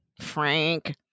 Frank